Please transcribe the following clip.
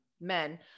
men